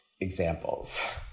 examples